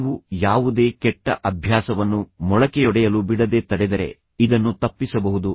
ನೀವು ಯಾವುದೇ ಕೆಟ್ಟ ಅಭ್ಯಾಸವನ್ನು ಮೊಳಕೆಯೊಡೆಯಲು ಬಿಡದೆ ತಡೆದರೆ ಇದನ್ನು ತಪ್ಪಿಸಬಹುದು